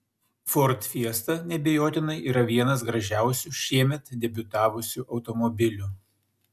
ford fiesta neabejotinai yra vienas gražiausių šiemet debiutavusių automobilių